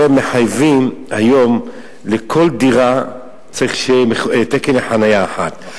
הרי היום לכל דירה צריך שיהיה תקן לחנייה אחת.